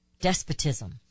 Despotism